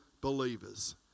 believers